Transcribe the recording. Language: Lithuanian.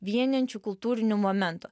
vienijančių kultūrinių momentų